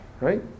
right